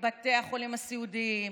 בתי החולים הסיעודיים,